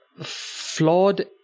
flawed